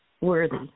worthy